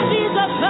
Jesus